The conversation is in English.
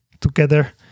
together